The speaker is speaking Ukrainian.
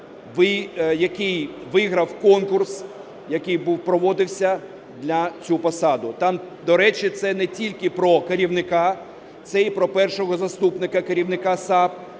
який виграв конкурс, який проводився на цю посаду. Там, до речі, це не тільки про керівника, це і про першого заступника керівника САП.